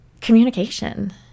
Communication